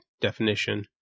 definition